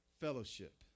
fellowship